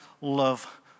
love